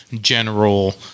general